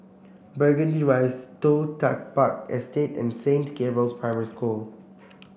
Burgundy Rise Toh Tuck Park Estate and Saint Gabriel's Primary School